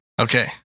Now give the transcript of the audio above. Okay